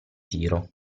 tiro